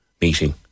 meeting